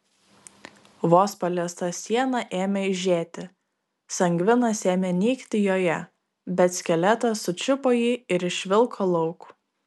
vos paliesta siena ėmė aižėti sangvinas ėmė nykti joje bet skeletas sučiupo jį ir išvilko lauk